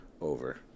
over